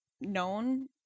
known